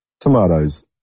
tomatoes